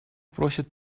просит